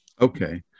Okay